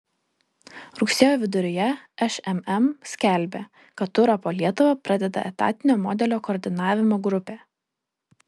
rugsėjo viduryje šmm skelbė kad turą po lietuvą pradeda etatinio modelio koordinavimo grupė